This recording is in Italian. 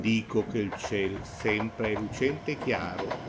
dico che il ciel sempre è lucente e chiaro